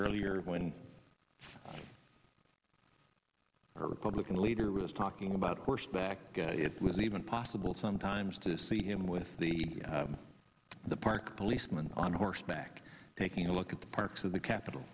rlier when a republican leader was talking about horseback it was even possible sometimes to see him with the the park policeman on horseback taking a look at the parks of the capit